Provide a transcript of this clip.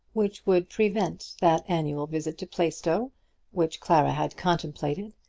which would prevent that annual visit to plaistow which clara had contemplated,